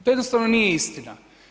To jednostavno nije istina.